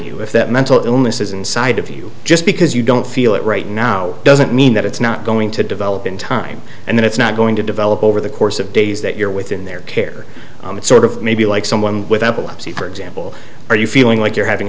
you if that mental illness is inside of you just because you don't feel it right now doesn't mean that it's not going to develop in time and it's not going to develop over the course of days that you're within their care sort of maybe like someone without biloxi for example are you feeling like you're having